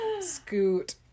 scoot